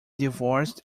divorced